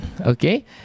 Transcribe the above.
okay